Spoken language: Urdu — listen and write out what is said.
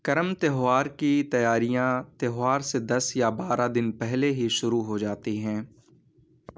کرم تہوار کی تیاریاں تہوار سے دس یا بارہ دن پہلے ہی شروع ہو جاتی ہیں